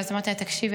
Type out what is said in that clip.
ואז אמרתי לה: תקשיבי,